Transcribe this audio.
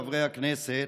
חברי הכנסת,